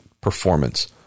performance